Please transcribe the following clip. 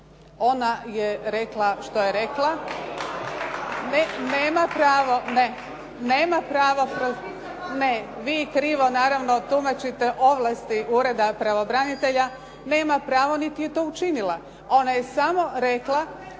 Ona je rekla što je rekla…